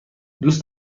دوست